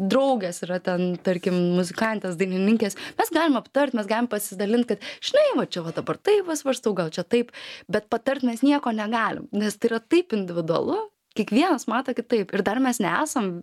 draugės yra ten tarkim muzikantės dainininkės mes galim aptart mes galim pasidalint kad žinai va čia va dabar taip va svarstau gal čia taip bet patart mes nieko negalim nes tai yra taip individualu kiekvienas mato kitaip ir dar mes nesam